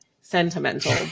sentimental